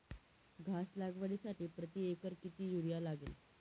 घास लागवडीसाठी प्रति एकर किती युरिया लागेल?